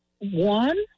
one